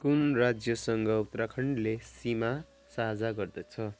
कुन राज्यसँग उत्तराखण्डले सीमा साझा गर्दछ